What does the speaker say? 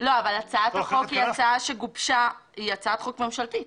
אבל הצעת החוק היא הצעת חוק ממשלתית